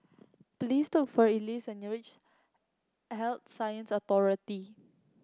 please took for Ellis when you reach Health Sciences Authority